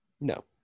no